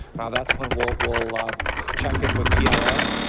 that's when we'll we'll um check in with tir.